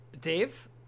Dave